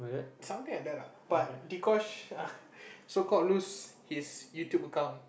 something like that lah but Dee-Kosh so called lose his YouTube account